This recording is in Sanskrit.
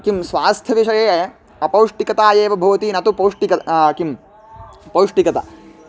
किं स्वास्थ्यविषये अपौष्टिकता एव भवति न तु पौष्टिकं किं पौष्टिकता